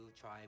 try